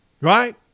Right